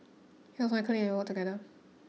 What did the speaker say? he was my colleague and we worked together